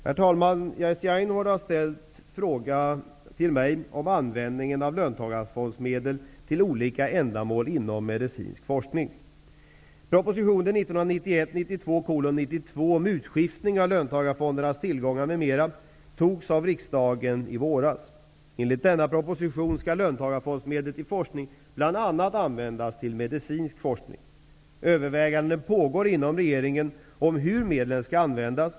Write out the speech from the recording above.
Herr talman! Jerzy Einhorn har ställt en fråga till mig om användning av löntagarfondsmedel till olika ändamål inom medicinsk forskning. Propositionen 1991/92:92 om utskiftning av löntagarfondernas tillgångar m.m. togs av riksdagen i våras. Enligt denna proposition skall löntagarfondsmedel till forskning bl.a. användas till medicinsk forskning. Överväganden pågår inom regeringen om hur medlen skall användas.